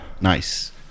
nice